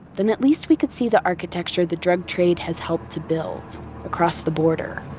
then at least we could see the architecture the drug trade has helped to build across the border